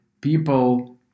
people